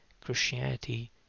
Christianity